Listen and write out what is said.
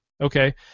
okay